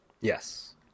Yes